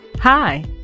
Hi